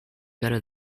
better